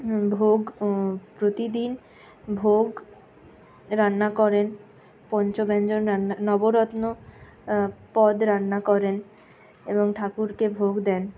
ভোগ প্রতিদিন ভোগ রান্না করেন পঞ্চব্যাঞ্জন নবরত্ন পদ রান্না করেন এবং ঠাকুরকে ভোগ দেন